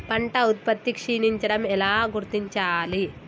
పంట ఉత్పత్తి క్షీణించడం ఎలా గుర్తించాలి?